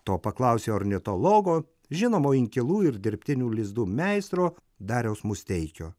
to paklausiau ornitologo žinomo inkilų ir dirbtinių lizdų meistro dariaus musteikio